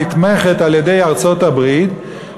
נתמכת על-ידי ארצות-הברית,